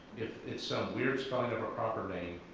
it's some weird spelling of a proper name,